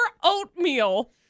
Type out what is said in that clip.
oatmeal